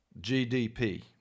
GDP